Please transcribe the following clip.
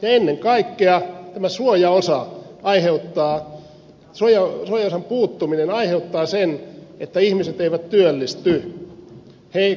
ennen kaikkea tämä suojaosan puuttuminen aiheuttaa sen että ihmiset eivät työllisty